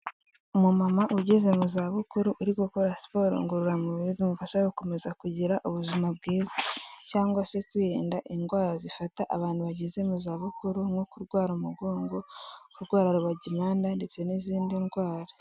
Umumama ugeze mu zabukuru uri gukora siporo ngororamubiri zimufasha gukomeza kugira ubuzima bwiza cyangwa se kwirinda indwara zifata abantu bageze mu zabukuru nko kurwara umugongo, kurwara rubagimpande ndetse n'izindi ndwara.